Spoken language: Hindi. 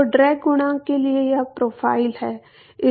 तो ड्रैग गुणांक के लिए यह प्रोफाइल है